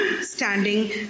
standing